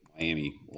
Miami